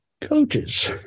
coaches